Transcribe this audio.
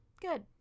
good